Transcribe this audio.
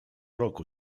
roku